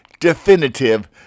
Definitive